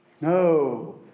No